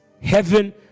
Heaven